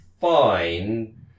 fine